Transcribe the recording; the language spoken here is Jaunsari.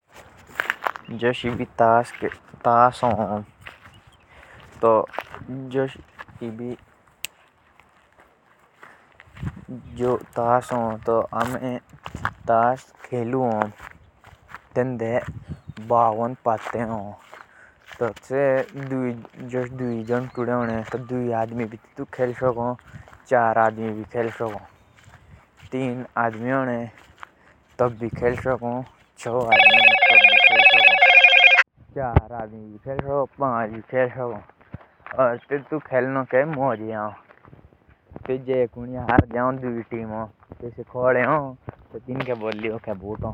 ताश के पत्ते लिया आमे अपना टाइम पास सोंकु करे और तेतु लिया दुई, तीन, चार, बोरी आदमी भी खेल साको। ताश लिया आमे नोंय नोंय गेमे सोंकु खेले।